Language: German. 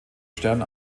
stern